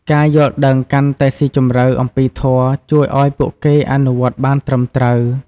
ការយល់ដឹងកាន់តែស៊ីជម្រៅអំពីធម៌ ជួយឱ្យពួកគេអនុវត្តបានត្រឹមត្រូវ។